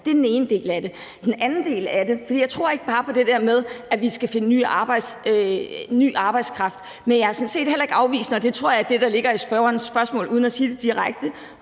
Det er den ene del af det. Den anden del af det er, at jeg ikke bare tror på det der med, at vi skal finde ny arbejdskraft, men jeg er sådan set heller ikke afvisende. Det tror jeg er det, der ligger i spørgerens spørgsmål uden at være sagt direkte,